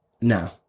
No